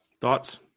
Thoughts